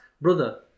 brother